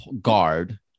guard